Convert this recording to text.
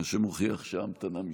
מה שמוכיח שההמתנה משתלמת.